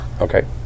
Okay